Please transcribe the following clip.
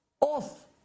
off